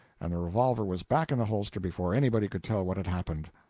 and the revolver was back in the holster before anybody could tell what had happened.